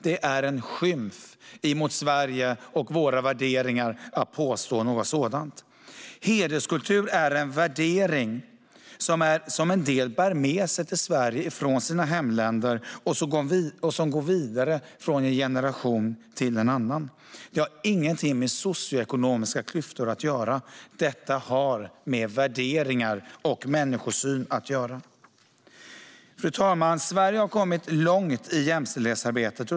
Det är en skymf mot Sverige och våra värderingar att påstå något sådant. Hederskultur är en värdering som en del bär med sig till Sverige från sina hemländer och som går vidare från en generation till en annan. Det har ingenting med socioekonomiska klyftor att göra, utan det har med värderingar och människosyn att göra. Fru talman! Sverige har kommit långt i jämställdhetsarbetet.